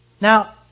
Now